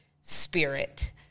spirit